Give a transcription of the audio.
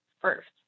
first